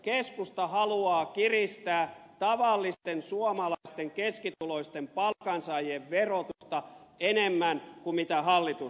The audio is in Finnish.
keskusta haluaa kiristää tavallisten suomalaisten keskituloisten palkansaajien verotusta enemmän kuin hallitus